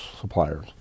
suppliers